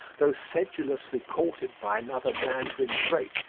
though sedulously courted by another mandarin drake,